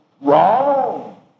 Wrong